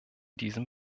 diesem